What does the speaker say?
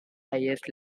highest